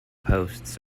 posts